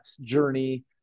journey